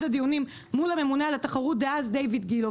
הדיונים מול הממונה על התחרות דאז דיוויד גילה,